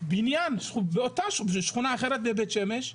בניין בשכונה אחרת בבית שמש,